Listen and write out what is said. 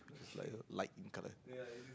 light in colour